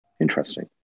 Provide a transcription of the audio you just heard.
interesting